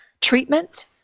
treatment